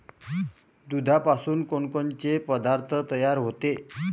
दुधापासून कोनकोनचे पदार्थ तयार होते?